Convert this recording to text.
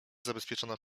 zabezpieczona